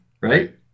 right